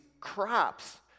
crops